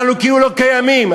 אנחנו כאילו לא קיימים.